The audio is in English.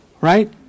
Right